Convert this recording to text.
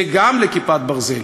זה גם ל"כיפת ברזל",